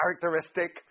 characteristic